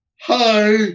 hi